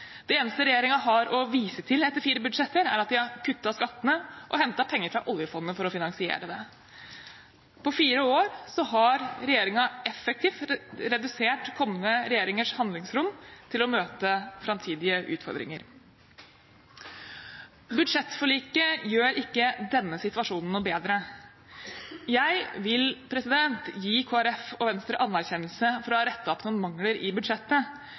Det eneste regjeringen har å vise til etter fire budsjetter, er at de har kuttet skattene og hentet penger fra oljefondet for å finansiere det. På fire år har regjeringen effektivt redusert kommende regjeringers handlingsrom til å møte framtidige utfordringer. Budsjettforliket gjør ikke denne situasjonen noe bedre. Jeg vil gi Kristelig Folkeparti og Venstre anerkjennelse for å ha rettet opp noen mangler i budsjettet.